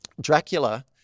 Dracula